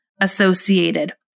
associated